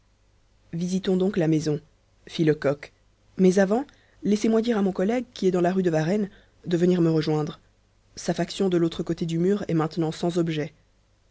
visitons donc la maison fit lecoq mais avant laissez-moi dire à mon collègue qui est dans la rue de varennes de venir me rejoindre sa faction de l'autre côté du mur est maintenant sans objet